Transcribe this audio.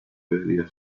quedaría